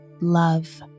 love